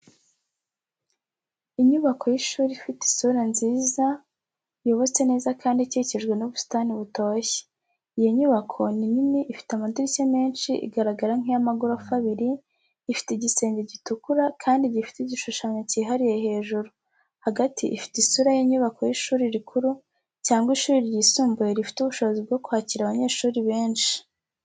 Inyubako y’ishuri ifite isura nziza, yubatse neza kandi ikikijwe n’ubusitani butoshye. Iyo nyubako ni nini ifite amadirishya menshi igaragara nk’iy’amagorofa abiri, ifite igisenge gitukura kandi gifite igishushanyo kihariye hejuru, hagati ifite isura y’inyubako y’ishuri rikuru cyangwa ishuri ryisumbuye rifite ubushobozi bwo kwakira abanyeshuri benshi.